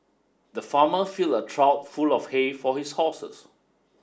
the farmer filled a trough full of hay for his horses